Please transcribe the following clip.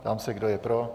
Ptám se, kdo je pro.